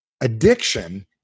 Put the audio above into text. Addiction